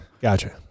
Gotcha